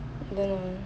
don't know